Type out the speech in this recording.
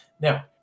Now